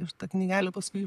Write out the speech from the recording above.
ir ta knygelė paskui